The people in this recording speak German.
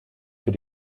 für